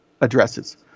addresses